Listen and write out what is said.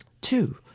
Two